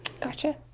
Gotcha